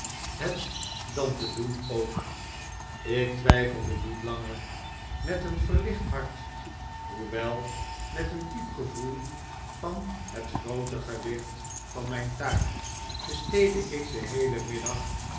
het dan te doen ook ik twijfelde niet langer met een verlicht hart hoewel met een diep gevoel van het groote gewicht van mijn taak besteedde ik den heelen middag